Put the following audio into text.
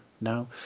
now